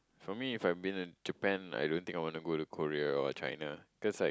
for me if I've been to Japan I don't think I wanna go to Korea or China cause like